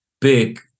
big